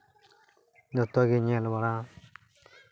ᱡᱚᱛᱚᱜᱮ ᱧᱮᱞ ᱵᱟᱲᱟ